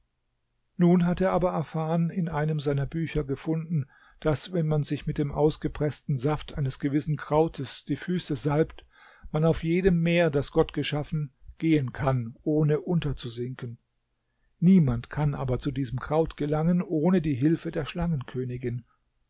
nun hatte aber afan in einem seiner bücher gefunden daß wenn man sich mit dem ausgepreßten saft eines gewissen krautes die füße salbt man auf jedem meer das gott geschaffen gehen kann ohne unterzusinken niemand kann aber zu diesem kraut gelangen ohne die hilfe der